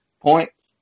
points